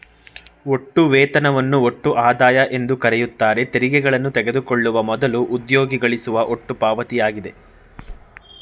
ಒಟ್ಟು ವೇತನವನ್ನು ಒಟ್ಟು ಆದಾಯ ಎಂದುಕರೆಯುತ್ತಾರೆ ತೆರಿಗೆಗಳನ್ನು ತೆಗೆದುಕೊಳ್ಳುವ ಮೊದಲು ಉದ್ಯೋಗಿ ಗಳಿಸುವ ಒಟ್ಟು ಪಾವತಿಯಾಗಿದೆ